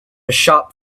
shop